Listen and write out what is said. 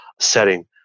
setting